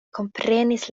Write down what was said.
komprenis